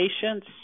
Patients